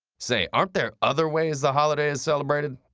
say, aren't there other ways the holiday is celebrated?